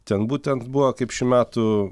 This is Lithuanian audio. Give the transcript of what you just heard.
ten būtent buvo kaip šių metų